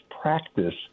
practice